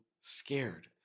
scared